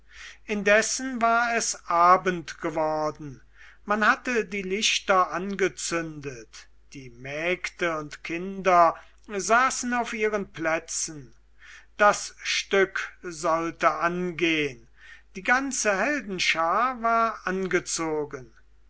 indessen war es abend geworden man hatte die lichter angezündet die mägde und kinder saßen auf ihren plätzen das stück sollte angehn die ganze heldenschar war angezogen